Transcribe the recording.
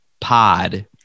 pod